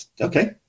okay